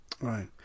Right